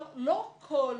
לא כל